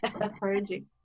encouraging